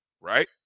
right